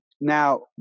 now